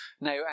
Now